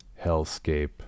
hellscape